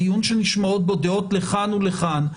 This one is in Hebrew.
דיון שנשמעות בו דעות לכאן ולכאן,